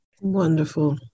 Wonderful